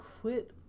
Quit